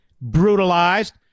brutalized